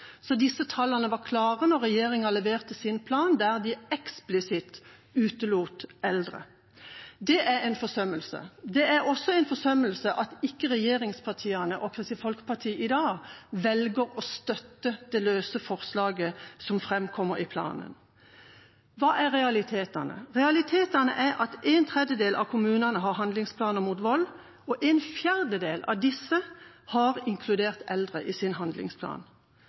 Så disse tallene var klare da regjeringa leverte sin plan der de eksplisitt utelot eldre. Det er en forsømmelse. Det er også en forsømmelse at ikke regjeringspartiene og Kristelig Folkeparti i dag velger å støtte forslaget fra Arbeiderpartiet. Hva er realitetene? Realitetene er at en tredjedel av kommunene har handlingsplaner mot vold, og en fjerdedel av disse har inkludert eldre i sin handlingsplan.